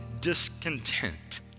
discontent